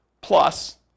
Plus